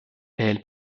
elle